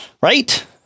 Right